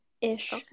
ish